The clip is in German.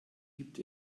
gibt